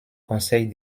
conseils